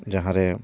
ᱡᱟᱦᱟᱸ ᱨᱮ